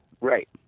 Right